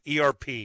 ERP